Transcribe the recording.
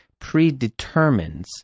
predetermines